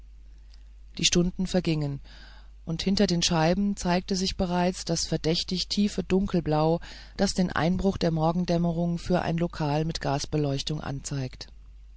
die stunden vergingen und hinter den scheiben zeigte sich bereits das verdächtige tiefe dunkelblau das den einbruch der morgendämmerung für ein lokal mit gasbeleuchtung anzeigt